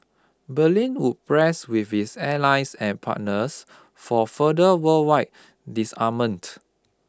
Berlin would press with its allies and partners for further worldwide disarment